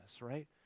right